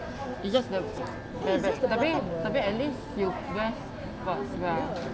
it's just like tapi at least you wear sports bra